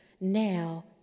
now